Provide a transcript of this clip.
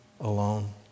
alone